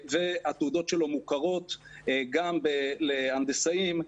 והתעודות שלו מוכרות גם להנדסאים,